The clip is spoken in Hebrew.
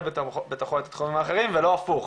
בתוכו את התחומים האחרים ולא הפוך.